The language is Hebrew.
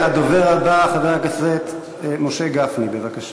הדובר הבא, חבר הכנסת משה גפני, בבקשה.